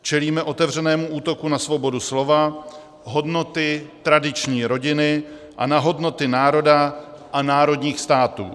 Čelíme otevřenému útoku na svobodu slova, hodnoty tradiční rodiny a na hodnoty národa a národních států.